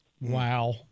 Wow